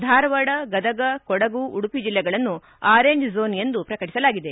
ಧಾರವಾಡ ಗದಗ ಕೊಡಗು ಉಡುಪಿ ಜಿಲ್ಲೆಗಳನ್ನು orange zone ಎಂದು ಪ್ರಕಟಿಸಲಾಗಿದೆ